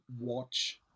watch